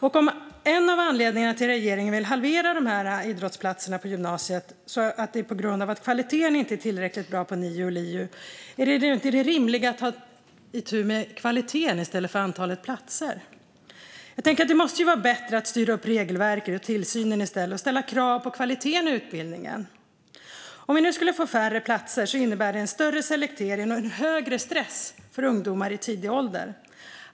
Om en av anledningarna till att regeringen vill halvera antalet idrottsplatser på gymnasiet är att kvaliteten inte är tillräckligt bra på NIU och LIU, är det då inte rimligt att ta itu med kvaliteten i stället för antalet platser? Det måste ju vara bättre att styra upp regelverket och tillsynen i stället och ställa krav på kvalitet på utbildningen. Om vi nu skulle få färre platser innebär det en större selektering och en högre stress bland ungdomar i tidig ålder.